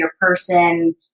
person